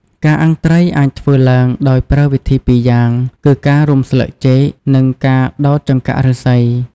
ការអាំងត្រីអាចធ្វើឡើងដោយប្រើវិធីពីរយ៉ាងគឺ ការរុំស្លឹកចេក និងការដោតចង្កាក់ឫស្សី។